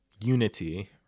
unity